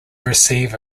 receive